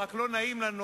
רק לא נעים לנו,